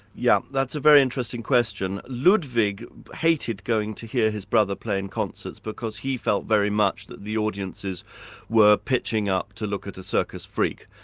yeah that's a very interesting question. ludwig hated going to hear his brother playing concerts, because he felt very much that the audiences were pitching up to look at a circus freak.